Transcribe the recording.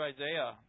Isaiah